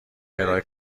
ارائه